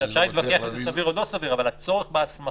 אפשר להתווכח אם זה סביר או לא סביר אבל הצורך בהסמכה,